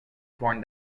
torn